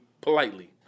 politely